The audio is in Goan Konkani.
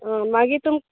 अ मागीर तुमी